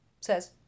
says